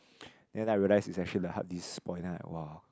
then after I realise is actually the hard disk spoil then I [wah]